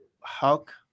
Hulk